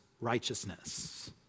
righteousness